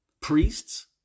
priests